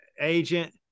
agent